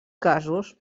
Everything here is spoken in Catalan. casos